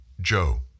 Joe